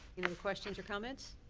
questions or comments?